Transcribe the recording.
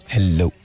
Hello